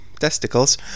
testicles